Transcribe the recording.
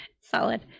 solid